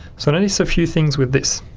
so notice a few things with this